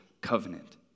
covenant